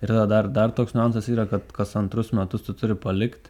ir tada dar dar toks niuansas yra kad kas antrus metus tu turi palikt